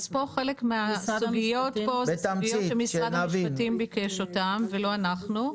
פה חלק מהסוגיות הן סוגיות שמשרד המשפטים ביקש אותן ולא אנחנו.